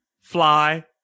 fly